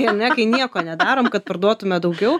ane kai nieko nedarom kad parduotume daugiau